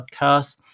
podcast